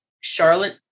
charlotte